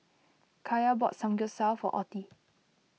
Kaya bought Samgeyopsal for Ottie